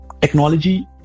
technology